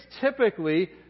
typically